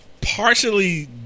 partially